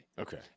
Okay